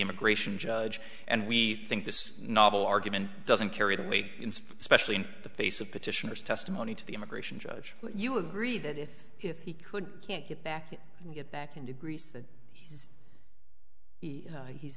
immigration judge and we think this novel argument doesn't carry the weight especially in the face of petitioners testimony to the immigration judge you agree that if if he could can't get back get back into greece that he's he's